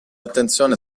attenzione